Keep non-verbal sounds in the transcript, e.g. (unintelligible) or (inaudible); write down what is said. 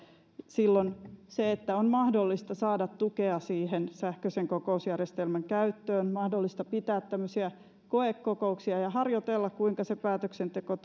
silloin se että on mahdollista saada tukea siihen sähköisen kokousjärjestelmän käyttöön ja mahdollista pitää tämmöisiä koekokouksia ja harjoitella kuinka se päätöksenteko (unintelligible)